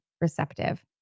receptive